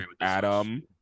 Adam